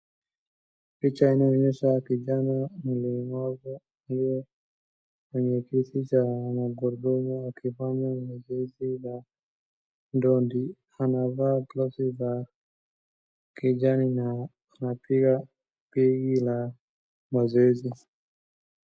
Picha inaonyesha kijana mlemavu aliyeketi kwenye kiti cha magurudumu akifanya mazoezi ya dondi anavaa glovsi za kijani na anapiga PE ]cs] na mazoezi.